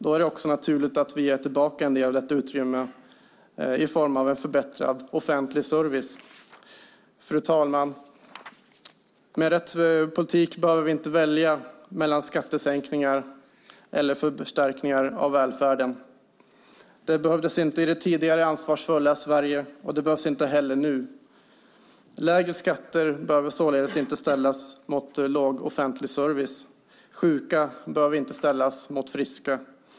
Då är det naturligt att vi ger tillbaka detta utrymme i form av en förbättrad offentlig service. Fru talman! Med rätt politik behöver vi inte välja mellan skattesänkningar eller förstärkningar av välfärden. Det behövdes inte i det tidigare ansvarsfulla Sverige, och det behövs inte heller nu. Lägre skatter behöver således inte ställas mot låg nivå på offentlig service. Sjuka behöver inte ställas mot friska.